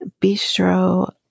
Bistro